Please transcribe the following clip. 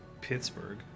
Pittsburgh